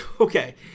Okay